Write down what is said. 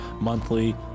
monthly